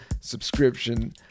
subscription